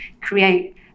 create